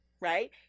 right